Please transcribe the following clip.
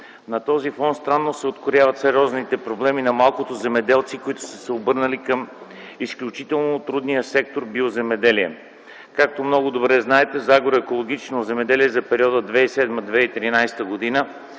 На този фон странно се открояват сериозните проблеми на малкото земеделци, които са се обърнали към изключително трудния сектор „Биоземеделие”. Както много добре знаете, за агроекологично земеделие за периода 2007-2013 г.